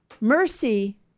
mercy